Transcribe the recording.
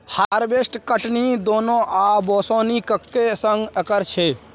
harvester कटनी, दौनी आ ओसौनी एक्के संग करय छै